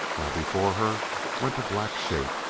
while before her went a black shape,